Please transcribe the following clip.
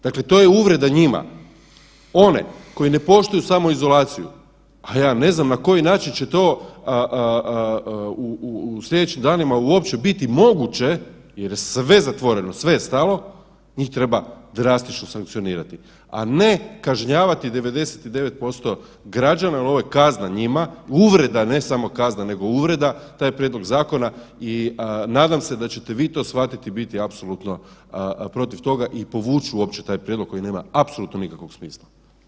Dakle, to je uvreda njima, one koji ne poštuju samoizolaciju pa ja ne znam na koji način će to u slijedećim danima uopće biti moguće jer je sve zatvoreno, sve je stalo, njih treba drastično sankcionirati, a ne kažnjavati 99% građana, jer ovo je kazna njima, uvreda ne samo kazna, nego uvreda taj prijedlog zakona i nadam se da ćete vi to shvatiti i biti apsolutno protiv toga i povući uopće taj prijedlog koji nema apsolutno nikakvog smisla.